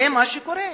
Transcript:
זה מה שקורה.